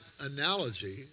analogy